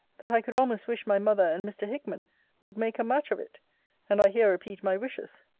that i could almost wish my mother and mr. hickman would make a match of it and i here repeat my wishes.